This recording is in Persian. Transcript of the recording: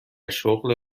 شغل